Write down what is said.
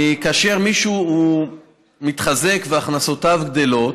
כאשר מישהו מתחזק והכנסותיו גדלות,